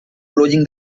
closing